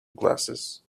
glasses